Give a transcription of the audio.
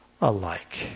alike